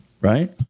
right